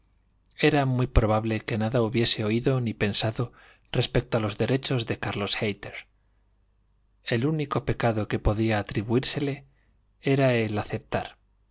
era muy probable que nada hubiese oído ni pensado respecto a los derechos de carlos hayter el único pecado que podía atribuírsele era el aceptar